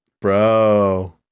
bro